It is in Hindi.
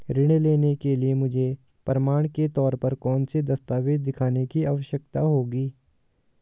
ऋृण लेने के लिए मुझे प्रमाण के तौर पर कौनसे दस्तावेज़ दिखाने की आवश्कता होगी?